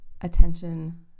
attention